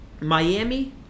Miami